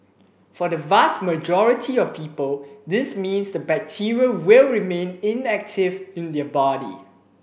for the vast majority of people this means the bacteria will remain inactive in their body